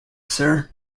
sir